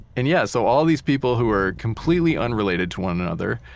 and yeah, so all of these people who are completely unrelated to one another,